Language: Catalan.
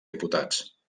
diputats